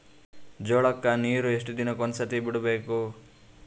ಜೋಳ ಕ್ಕನೀರು ಎಷ್ಟ್ ದಿನಕ್ಕ ಒಂದ್ಸರಿ ಬಿಡಬೇಕು?